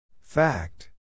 Fact